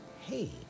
hey